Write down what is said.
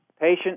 patient